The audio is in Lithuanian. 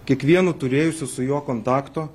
kiekvienu turėjusiu su juo kontakto